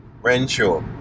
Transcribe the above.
Renshaw